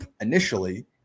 initially